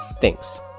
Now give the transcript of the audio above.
thanks